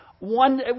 One